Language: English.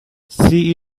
she